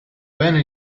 bene